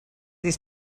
his